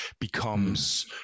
becomes